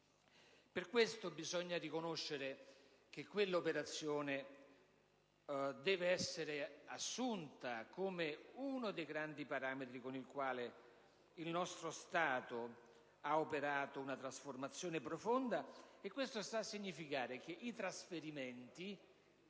Per questo, bisogna riconoscere che quella operazione deve essere assunta come uno dei grandi parametri con i quali il nostro Stato ha operato una trasformazione profonda. Questo sta a significare che i trasferimenti,